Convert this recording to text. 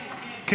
כן, כן.